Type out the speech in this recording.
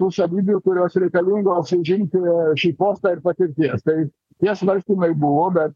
tų savybių kurios reikalingos užimti šį postą ir patirties tai tie svarstymai buvo bet